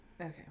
Okay